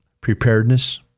preparedness